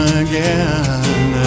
again